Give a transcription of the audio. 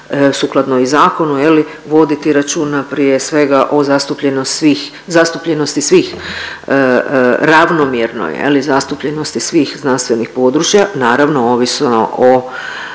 sukladno i zakonu voditi računa prije svega o zastupljenosti svih ravnomjerno zastupljenosti svih znanstvenih područja, naravno ovisno o